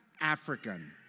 African